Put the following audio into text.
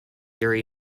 urry